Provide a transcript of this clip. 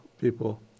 people